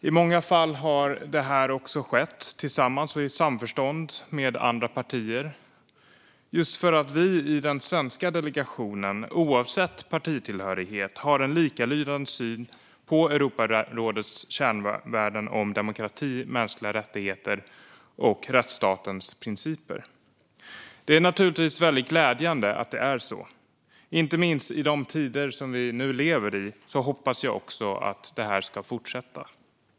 I många fall har detta skett tillsammans och i samförstånd med andra partier, just för att vi i den svenska delegationen oavsett partitillhörighet har en likalydande syn på Europarådets kärnvärden om demokrati, mänskliga rättigheter och rättsstatens principer. Det är naturligtvis mycket glädjande att det är så. Inte minst i tider som de vi nu lever i hoppas jag att det ska fortsätta.